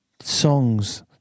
songs